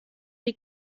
die